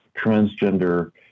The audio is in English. transgender